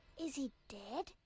is he dead?